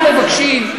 אנחנו מבקשים,